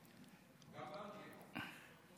גם לנו יש.